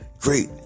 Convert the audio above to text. Great